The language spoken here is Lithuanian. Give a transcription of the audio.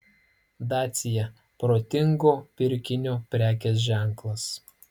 dacia protingo pirkinio prekės ženklas